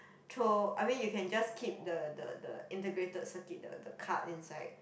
throw I mean you can just keep the the the integrated circuit the the card inside